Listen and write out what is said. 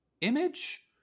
Image